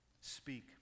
speak